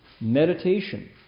Meditation